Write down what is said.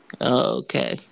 okay